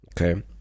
okay